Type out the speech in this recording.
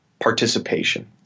participation